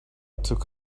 took